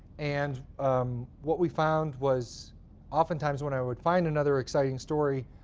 and what we found was oftentimes, when i would find another exciting story,